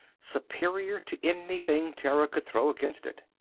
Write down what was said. superior to anything terra could throw against it.